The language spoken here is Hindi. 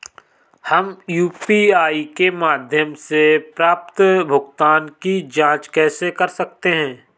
हम यू.पी.आई के माध्यम से प्राप्त भुगतान की जॉंच कैसे कर सकते हैं?